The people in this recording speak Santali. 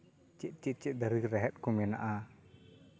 ᱪᱮᱫ ᱪᱮᱫ ᱫᱟᱨᱮ ᱨᱮᱦᱮᱫ ᱠᱚ ᱢᱮᱱᱟᱜᱼᱟ